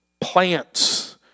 Plants